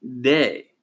day